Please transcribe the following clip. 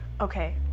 Okay